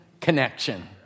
connection